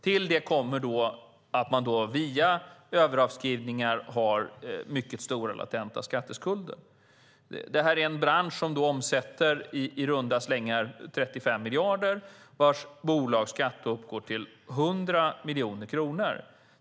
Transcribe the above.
Till detta kommer att man via överavskrivningar har mycket stora latenta skatteskulder. Branschen omsätter i runda slängar 35 miljarder. Bolagsskatten uppgår till 100 miljoner kronor.